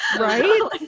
right